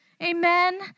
Amen